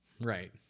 right